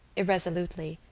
irresolutely,